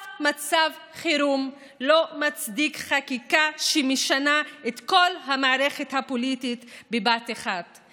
אף מצב חירום לא מצדיק חקיקה המשנה את כל המערכת הפוליטית בבת אחת,